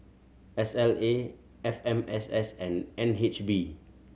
S L A F M S S and N H B